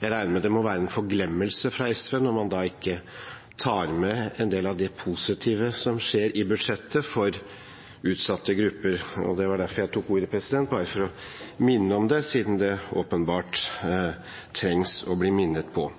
jeg regner med at det må være en forglemmelse fra SV når man ikke tar med en del av det positive som skjer – i budsjettet – for utsatte grupper. Det var derfor jeg tok ordet, for å minne om det, siden det åpenbart trengs å bli minnet om.